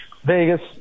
Vegas